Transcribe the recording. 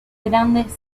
grandes